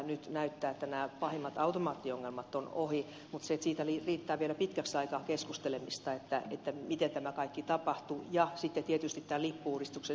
nyt näyttää että nämä pahimmat automaattiongelmat ovat ohi mutta siitä riittää vielä pitkäksi aikaa keskustelemista miten tämä kaikki tapahtui ja sitten tietysti tämän lippu uudistuksen sisällöstä